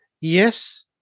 yes